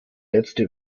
letzte